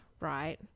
right